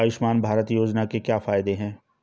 आयुष्मान भारत योजना के क्या फायदे हैं?